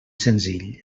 senzill